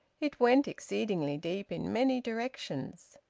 it went exceedingly deep in many directions.